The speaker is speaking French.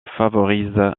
favorise